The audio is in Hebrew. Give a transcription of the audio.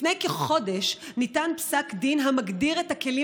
לפני כחודש ניתן פסק דין המגדיר את הכלים